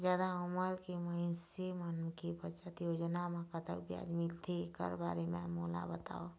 जादा उमर के मइनसे मन के बचत योजना म कतक ब्याज मिलथे एकर बारे म मोला बताव?